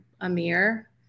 Amir